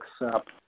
accept